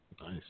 Nice